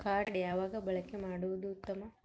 Card ಯಾವಾಗ ಬಳಕೆ ಮಾಡುವುದು ಉತ್ತಮ?